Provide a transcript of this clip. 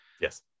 yes